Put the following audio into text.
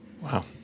Wow